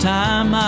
time